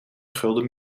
gulden